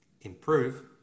improve